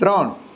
ત્રણ